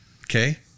Okay